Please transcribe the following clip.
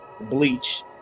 bleach